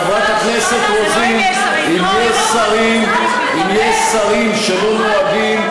חברת הכנסת מיכל רוזין, אם יש שרים שלא נוהגים,